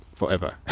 forever